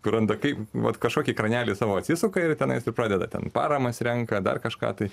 kur randa kaip vat kažkokį kranelį savo atsisuka ir tenais ir pradeda ten paramas renka dar kažką tai